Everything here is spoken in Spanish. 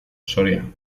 soria